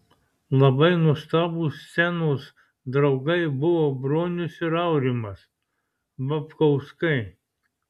labai nuostabūs scenos draugai buvo bronius ir aurimas babkauskai